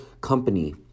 company